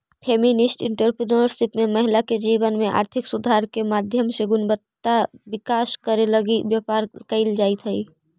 feminist entrepreneurship में महिला के जीवन में आर्थिक सुधार के माध्यम से गुणात्मक विकास करे लगी व्यापार कईल जईत हई